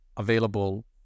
available